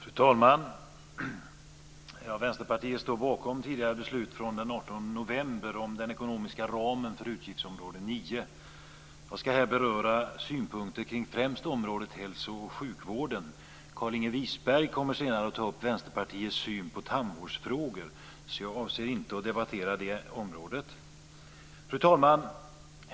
Fru talman! Vänsterpartiet står bakom beslutet från den 18 november om den ekonomiska ramen för utgiftsområde 9. Jag ska här beröra synpunkter främst kring området hälso och sjukvård. Carlinge Wisberg kommer senare att ta upp Vänsterpartiets syn på tandvårdsfrågor, så jag avser inte att debattera det området. Fru talman!